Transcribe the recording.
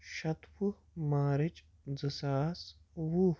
شَتوُہ مارٕچ زٕ ساس وُہ